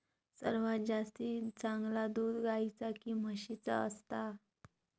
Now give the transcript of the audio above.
सर्वात जास्ती चांगला दूध गाईचा की म्हशीचा असता?